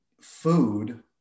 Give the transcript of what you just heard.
food